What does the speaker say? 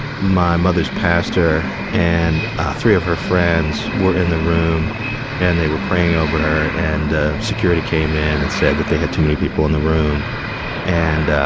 my mother's pastor and three of her friends were in the room and they were praying over her. and ah security came in and said that they had too many people in the room and,